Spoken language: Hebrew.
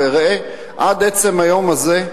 וראה, עד עצם היום הזה,